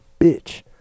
bitch